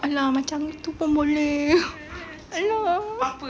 !alah! macam gitu pun boleh !alah!